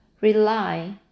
Rely